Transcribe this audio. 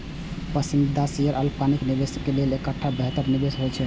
पसंदीदा शेयर अल्पकालिक निवेशक लेल एकटा बेहतर निवेश होइ छै